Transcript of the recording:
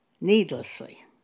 needlessly